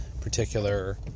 particular